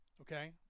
Okay